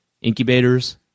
incubators